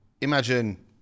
Imagine